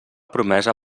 promesa